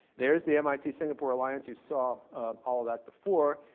there is the mit singapore alliance. you saw all of that before.